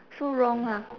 so wrong ha